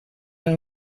amb